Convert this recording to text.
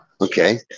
Okay